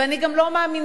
ואני גם לא מאמינה,